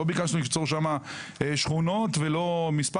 לא ביקשנו ליצור שם שכונות ולא מספר